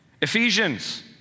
Ephesians